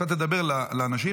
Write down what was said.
אתה תדבר לאנשים.